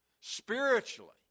spiritually